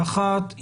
האחת,